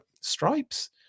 stripes